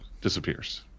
disappears